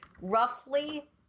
Roughly